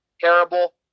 terrible